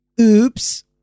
Oops